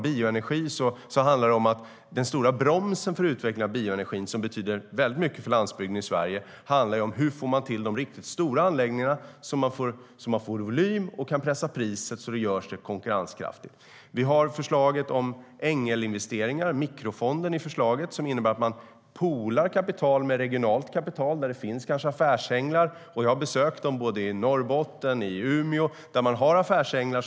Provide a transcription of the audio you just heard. Den stora bromsen för utveckling av bioenergin, som betyder mycket för landsbygden, handlar om hur man får till de riktigt stora anläggningarna för att få volym och kunna pressa priset så att det blir konkurrenskraftigt. Förslaget om ängelinvesteringar, mikrofonden i förslaget, innebär att man slår samman kapital med regionalt kapital, där det kanske finns affärsänglar. Jag har besökt dem i både Norrbotten och Umeå, där man har affärsänglar.